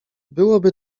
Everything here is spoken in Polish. byłoby